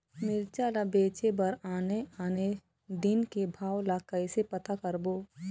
मिरचा ला बेचे बर आने आने दिन के भाव ला कइसे पता करबो?